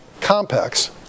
compacts